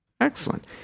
Excellent